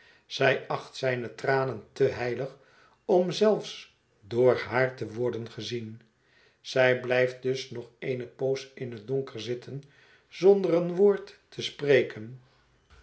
zij acht zijne tranen te heilig om zelfs door haar te worden gezien zij blijft dus nog eené poos in het donker zitten zonder een woord te spreken